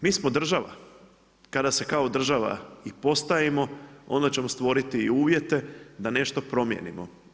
Mi smo država, kada se kao država i postavimo onda ćemo stvoriti uvjete da nešto promijenimo.